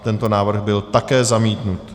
Tento návrh byl také zamítnut.